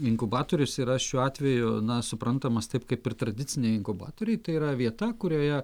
inkubatorius yra šiuo atveju na suprantamas taip kaip ir tradiciniai inkubatoriai tai yra vieta kurioje